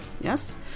Yes